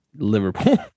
Liverpool